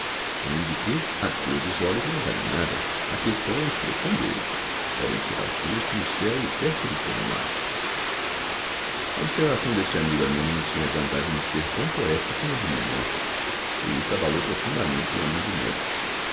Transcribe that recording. além de que a cor dos olhos não vale nada a questão é a expressão deles podem ser azuis como o céu e pérfidos como o mar a observação deste amigo anônimo tinha a vantagem de ser tão poética como a de mendonça por isso abalou profundamente o ânimo do médico